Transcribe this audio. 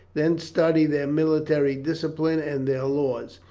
then study their military discipline and their laws.